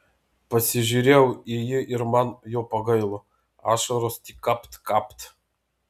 pasižiūrėjau į jį ir man jo pagailo ašaros tik kapt kapt